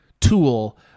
tool